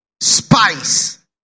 Spice